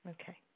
okay